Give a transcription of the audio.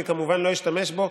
אני כמובן לא אשתמש בו.